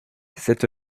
cette